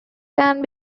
can